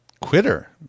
Quitter